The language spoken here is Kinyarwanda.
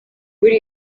muri